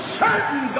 certain